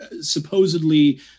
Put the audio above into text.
supposedly